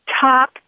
top